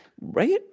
right